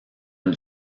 une